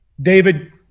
David